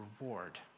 reward